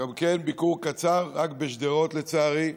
גם כן ביקור קצר, רק בשדרות, לצערי.